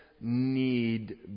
need